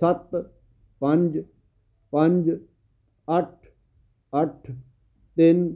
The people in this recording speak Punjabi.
ਸੱਤ ਪੰਜ ਪੰਜ ਅੱਠ ਅੱਠ ਤਿੰਨ